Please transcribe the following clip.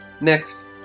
Next